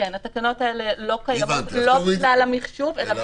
התקנות האלה לא קיימות לא בגלל המחשוב אלא